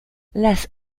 las